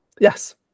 Yes